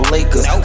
Lakers